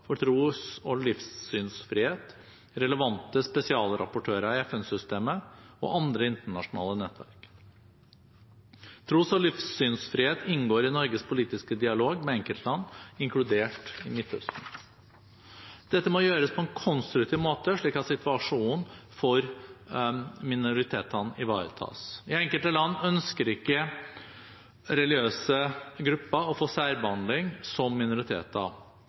for tros- og livssynsfrihet, relevante spesialrapportører i FN-systemet og andre internasjonale nettverk. Tros- og livssynsfrihet inngår i Norges politiske dialog med enkeltland, inkludert Midtøsten. Dette må gjøres på en konstruktiv måte, slik at situasjonen for minoritetene ivaretas. I enkelte land ønsker ikke religiøse grupper å få særbehandling som minoriteter.